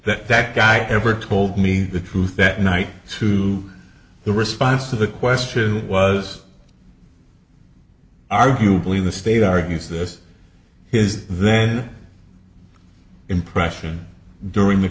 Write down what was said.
that that guy ever told me the truth that night to the response to the question was arguably the state argues this is then impression during the